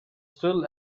still